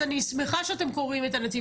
אז אני שמחה שאתם קוראים את הנציב,